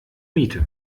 miete